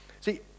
See